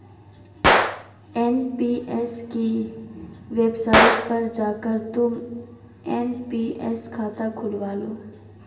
NPS की website पर जाकर तुम एन.पी.एस खाता खुलवा लो